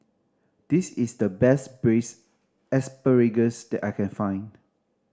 this is the best Braised Asparagus that I can find